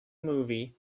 movie